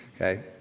okay